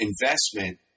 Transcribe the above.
investment